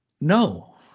no